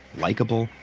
likable,